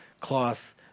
cloth